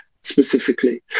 specifically